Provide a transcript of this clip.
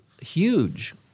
huge